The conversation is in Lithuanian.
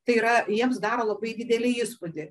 tai yra jiems daro labai didelį įspūdį